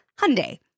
Hyundai